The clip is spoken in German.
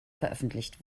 veröffentlicht